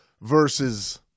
versus